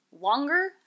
longer